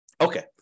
Okay